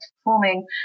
performing